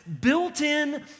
built-in